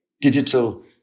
digital